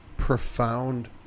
Profound